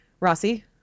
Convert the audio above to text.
Rossi